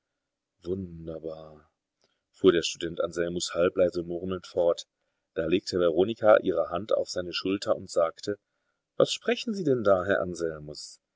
wunderbar fuhr der student anselmus halbleise murmelnd fort da legte veronika ihre hand auf seine schulter und sagte was sprechen sie denn da herr anselmus